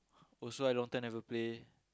also I long time never play